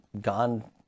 gone